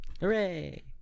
Hooray